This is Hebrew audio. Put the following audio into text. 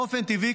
באופן טבעי,